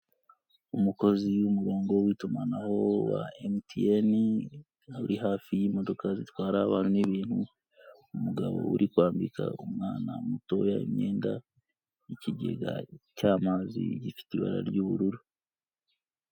Umukozi w'umurongo w'itumanaho wa emutiyeni uri hafi y'imodoka zitwara abantu ni'ibintu umugabo uri kwambika umwana mutoya imyenda, ikigega cy'amazi gifite ibara ry'ubururu.